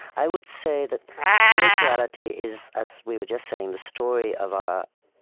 i would say that spirituality is, as we were just saying, the story of our